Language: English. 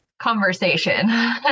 conversation